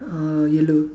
uh yellow